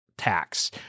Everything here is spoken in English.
tax